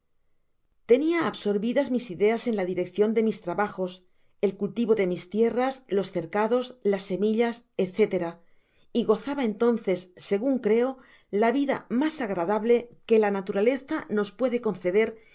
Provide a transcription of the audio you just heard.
tenia absorvidas mis ideas en la direccion de mis trabajos el cultivo de mis tierras los cercados las semillas etc y gozaba entonces segun creo la vida mas agradable que la naturaleza nos puede conceder